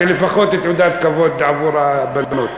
זה לפחות תעודת כבוד עבור הבנות.